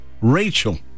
Rachel